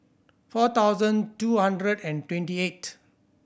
four thousand two hundred and twenty eight